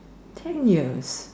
ten years